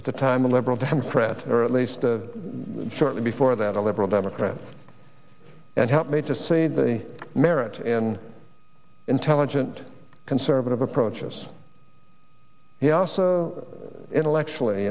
at the time a liberal democrat or at least shortly before that a liberal democrat and help me to see the merit in intelligent conservative approaches he also intellectually